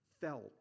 felt